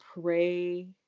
pray